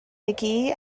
magee